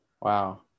Wow